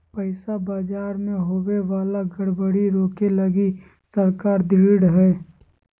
पैसा बाजार मे होवे वाला गड़बड़ी रोके लगी सरकार ढृढ़ हय